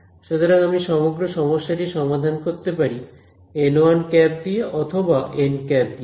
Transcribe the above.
সুতরাং আমি সমগ্র সমস্যাটি সমাধান করতে পারি দিয়ে অথবা দিয়ে